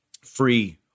Free